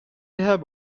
have